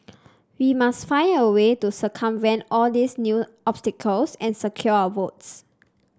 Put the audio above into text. we must find a way to circumvent all these new obstacles and secure our votes